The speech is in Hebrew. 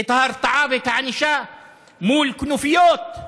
את ההרתעה ואת הענישה מול כנופיות,